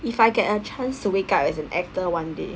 if I get a chance to wake up as an actor one day